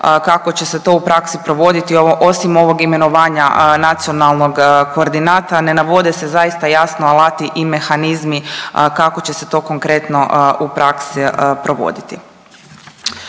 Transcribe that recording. kako će se to u praksi provoditi osim ovog imenovanja nacionalno koordinata ne navode se zaista jasno alati i mehanizmi kako će se to konkretno u praksi provoditi.